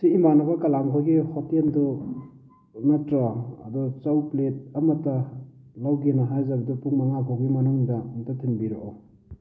ꯁꯤ ꯏꯃꯥꯟꯅꯕ ꯀꯂꯥꯝꯍꯣꯏꯒꯤ ꯍꯣꯇꯦꯜꯗꯨ ꯅꯠꯇ꯭ꯔꯣ ꯑꯗꯣ ꯆꯧ ꯄ꯭ꯂꯦꯠ ꯑꯃꯇ ꯂꯧꯒꯦꯅ ꯍꯥꯏꯖꯕꯗꯨ ꯄꯨꯡ ꯃꯉꯥꯐꯧꯒꯤ ꯃꯅꯨꯡꯗ ꯑꯝꯇ ꯊꯤꯟꯕꯤꯔꯛꯑꯣ